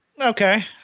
Okay